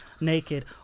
Naked